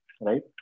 right